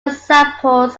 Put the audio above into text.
examples